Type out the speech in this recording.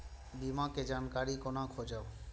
बीमा के जानकारी कोना खोजब?